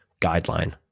guideline